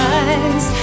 eyes